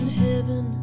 heaven